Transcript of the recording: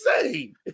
insane